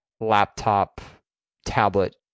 laptop-tablet